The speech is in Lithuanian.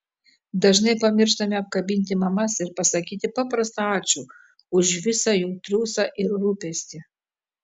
dažnai pamirštame apkabinti mamas ir pasakyti paprastą ačiū už visą jų triūsą ir rūpestį